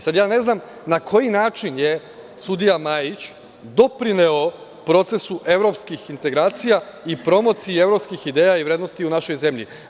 Sada ja ne znam na koji način je sudija Majić doprineo procesu evropskih integracija i promociji evropskih ideja i vrednosti u našoj zemlji?